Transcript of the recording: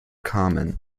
common